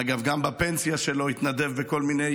אגב, גם בפנסיה שלו הוא התנדב בכל מיני